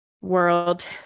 world